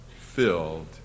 filled